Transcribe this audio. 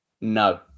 No